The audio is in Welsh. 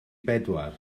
bedwar